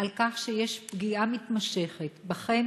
על כך שיש פגיעה מתמשכת בכם,